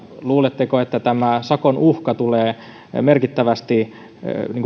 luuletteko että tämä sakon uhka tulee merkittävästi